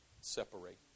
separate